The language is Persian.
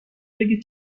بگید